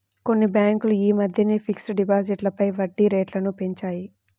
కొన్ని బ్యేంకులు యీ మద్దెనే ఫిక్స్డ్ డిపాజిట్లపై వడ్డీరేట్లను పెంచాయి